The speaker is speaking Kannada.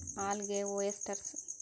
algae, oysters